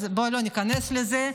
אז בואו לא ניכנס לזה.